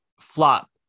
flop